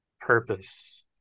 purpose